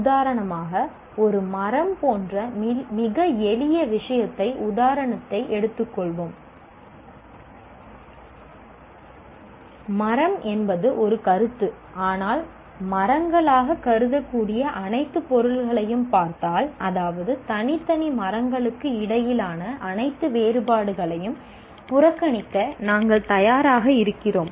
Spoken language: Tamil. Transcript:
உதாரணமாக ஒரு மரம் போன்ற மிக எளிய விஷயத்தை எடுத்துக் கொள்ளுங்கள் மரம் என்பது ஒரு கருத்து ஆனால் மரங்களாகக் கருதக்கூடிய அனைத்து பொருள்களையும் பார்த்தால் அதாவது தனித்தனி மரங்களுக்கு இடையிலான அனைத்து வேறுபாடுகளையும் புறக்கணிக்க நாங்கள் தயாராக இருக்கிறோம்